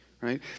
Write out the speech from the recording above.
right